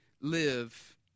live